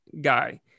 guy